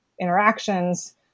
interactions